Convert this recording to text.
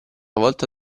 volta